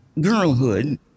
girlhood